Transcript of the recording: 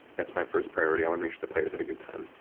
that's my first priority, i wanna make sure the players had a good time.